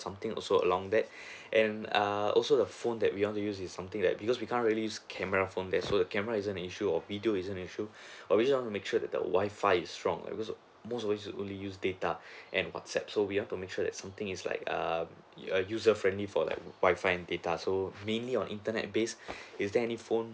something also along that and err also the phone that we want to use is something that because we can't really use camera phone that so the camera is an issue video is an issue we just want to make sure that the wifi is strong because most of it only use data and whatsapp so we want to make sure something like err user friendly for like Wi-Fi and data so mainly on internet base is there any phone